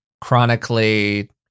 chronically